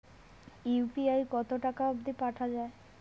UPI কতো টাকা অব্দি পাঠা যায়?